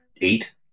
eight